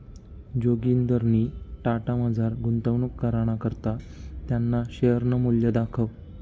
जोगिंदरनी टाटामझार गुंतवणूक कराना करता त्याना शेअरनं मूल्य दखं